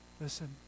Listen